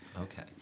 Okay